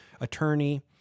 attorney